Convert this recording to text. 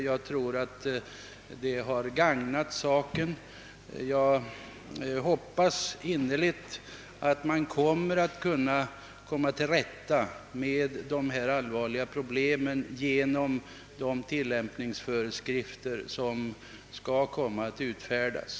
Jag tror att detta gagnat saken, och jag hoppas innerligt att vi skall kunna komma till rätta med de allvarliga problemen på området genom de tillämpningsföreskrifter som kommer att utfärdas.